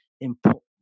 important